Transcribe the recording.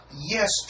yes